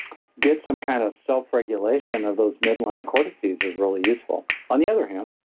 get some kind of self-regulation of those midline cortices is really useful. on the other hand,